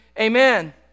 Amen